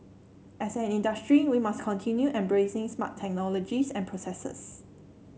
as an industry we must continue embracing smart technologies and processes